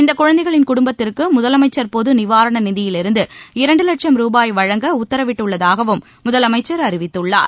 இந்த குழந்தைகளின் குடும்பத்திற்கு முதலமைச்சர் பொதுநிவாரண நிதியிலிருந்து இரண்டு லட்சம் ரூபாய் வழங்க உத்தரவிட்டுள்ளதாகவும் முதலமைச்சர் அறிவித்துள்ளார்